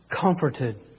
comforted